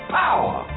power